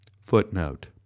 Footnote